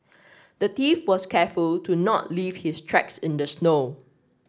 the thief was careful to not leave his tracks in the snow